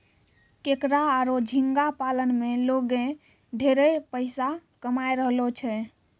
केकड़ा आरो झींगा पालन में लोगें ढेरे पइसा कमाय रहलो छै